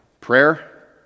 Prayer